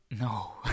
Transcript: No